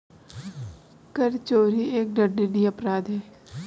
कर चोरी एक दंडनीय अपराध है